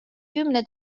kümne